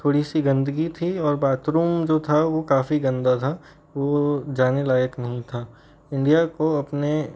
थोड़ी सी गंदगी थी और बाथरूम जो था वह काफ़ी गंदा था वह जाने लायक नहीं था इंडिया को अपने